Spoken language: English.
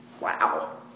Wow